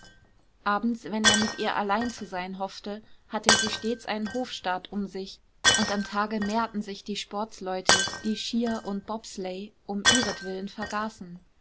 abends wenn er mit ihr allein zu sein hoffte hatte sie stets einen hofstaat um sich und am tage mehrten sich die sportsleute die skier und bobsleigh um ihretwillen vergaßen